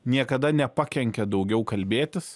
niekada nepakenkia daugiau kalbėtis